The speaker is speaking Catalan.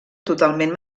totalment